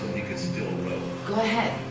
he could still row. go ahead.